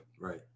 Right